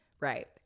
Right